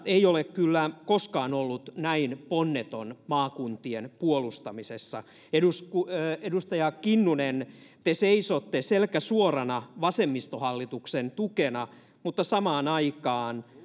ei ole kyllä koskaan ollut näin onneton maakuntien puolustamisessa edustaja kinnunen te seisotte selkä suorana vasemmistohallituksen tukena mutta samaan aikaan